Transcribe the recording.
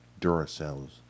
Duracell's